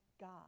God